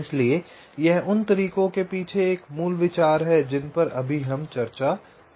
इसलिए यह उन तरीकों के पीछे मूल विचार है जिन पर हम अभी चर्चा करेंगे